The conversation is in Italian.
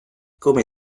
come